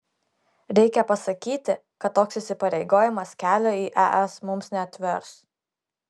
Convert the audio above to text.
reikia pasakyti kad toks įsipareigojimas kelio į es mums neatvers